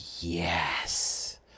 yes